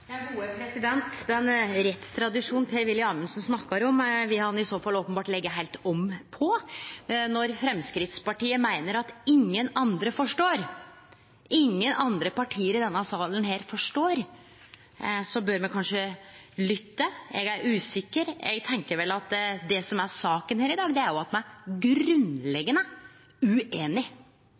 Den rettstradisjonen Per-Willy Amundsen snakkar om, vil han i så fall openbert leggje heilt om på – når Framstegspartiet meiner at ingen andre forstår. Om ingen andre parti i denne salen forstår, bør me kanskje lytte. Eg er usikker. Eg tenkjer vel at det som er saka her i dag, er at me er